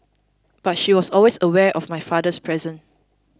but she was always aware of my father's presence